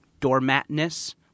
doormatness